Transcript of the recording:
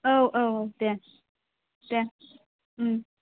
ओव ओव दे दे